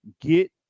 get